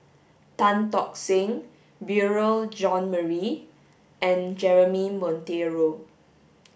Tan Tock Seng Beurel John Marie and Jeremy Monteiro